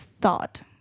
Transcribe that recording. thought